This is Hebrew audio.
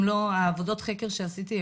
העבודות חקר שעשיתי,